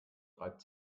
reibt